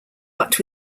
but